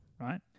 Right